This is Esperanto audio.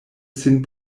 sin